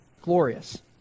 glorious